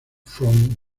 from